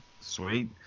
Sweet